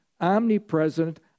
omnipresent